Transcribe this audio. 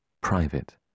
private